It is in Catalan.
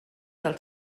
del